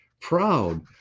proud